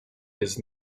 his